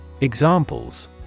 Examples